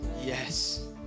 Yes